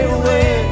away